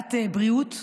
בוועדת בריאות,